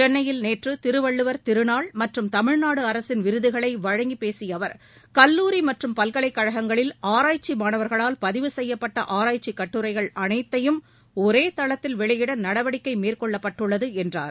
சென்னையில் நேற்று திருவள்ளுவர் திருநாள் மற்றும் தமிழ்நாடு அரசின் விருதுகளை வழங்கிப் பேசிய அவர் கல்லுரி மற்றும் பல்கலைக்கழகங்களில் ஆராய்ச்சி மாணவர்களால் பதிவு செய்யப்பட்ட ஆராய்ச்சிக் கட்டுரைகள் அனைத்தையும் ஒரே தளத்தில் வெளியிட நடவடிக்கை மேற்கொள்ளப்பட்டுள்ளது என்றார்